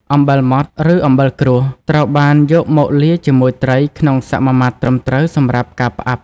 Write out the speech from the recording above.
អំបិលម៉ដ្ឋ ឬ អំបិលគ្រួស ត្រូវបានយកមកលាយជាមួយត្រីក្នុងសមាមាត្រត្រឹមត្រូវសម្រាប់ការផ្អាប់។